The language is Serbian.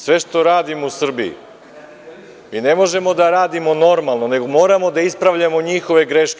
Sve što radimo u Srbiji, mi ne možemo da radimo normalno, nego moramo da ispravljamo njihove greške.